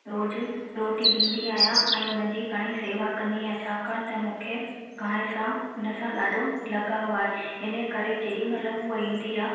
रोज़ु रोटी ॾींदी आहियां ऐं उनजी घणई सेवा कंदी आहियां छाकाणि त मूंखे गांइ सां उनसां ॾाढो लगाव आहे इन करे जेॾी महिल हू ईंदी आहे